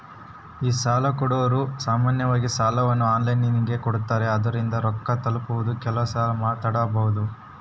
ಈ ಸಾಲಕೊಡೊರು ಸಾಮಾನ್ಯವಾಗಿ ಸಾಲವನ್ನ ಆನ್ಲೈನಿನಗೆ ಕೊಡುತ್ತಾರೆ, ಆದುದರಿಂದ ರೊಕ್ಕ ತಲುಪುವುದು ಕೆಲವುಸಲ ತಡವಾಬೊದು